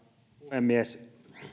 puhemies